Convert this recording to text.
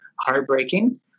heartbreaking